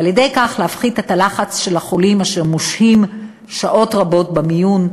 ועל-ידי כך להפחית את הלחץ של החולים אשר מושהים שעות רבות במיון,